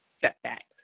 setbacks